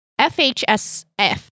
FHSF